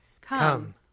Come